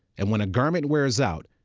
and when a garment wears out,